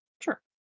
Sure